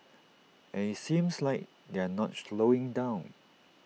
and IT seems like they're not slowing down